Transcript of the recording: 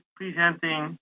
presenting